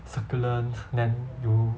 succulent then 油